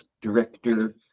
director